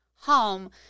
home